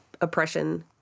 oppression